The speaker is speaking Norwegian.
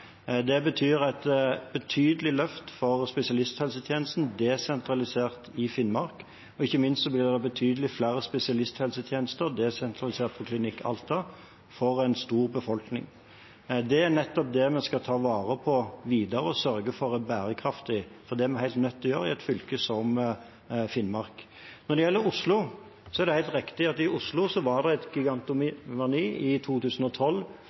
Det betyr et betydelig løft for spesialisthelsetjenesten desentralisert i Finnmark, og ikke minst blir det betydelig flere spesialisthelsetjenester desentralisert ved Klinikk Alta for en stor befolkning. Det er nettopp det vi skal ta vare på videre og sørge for at er bærekraftig. Det er vi helt nødt til å gjøre i et fylke som Finnmark. Når det gjelder Oslo, er et helt riktig at det var en gigantomani i 2012. Jeg vil minne om at det ikke var jeg som var helseminister i 2012.